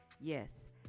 yes